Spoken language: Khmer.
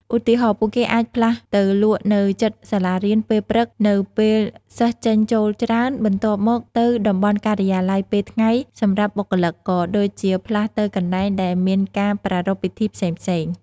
ឧទាហរណ៍ ពួកគេអាចផ្លាស់ទៅលក់នៅជិតសាលារៀនពេលព្រឹក នៅពេលសិស្សចេញចូលច្រើន បន្ទាប់មកទៅតំបន់ការិយាល័យពេលថ្ងៃសម្រាប់បុគ្គលិក ក៏ដូចជាផ្លាស់ទៅកន្លែងដែលមានការប្រារព្ធពិធីផ្សេងៗ។